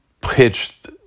pitched